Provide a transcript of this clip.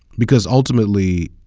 because ultimately,